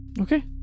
Okay